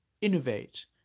innovate